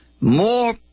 More